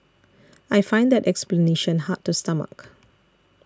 I find that explanation hard to stomach